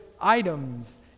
items